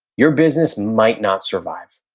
your business might not survive,